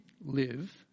live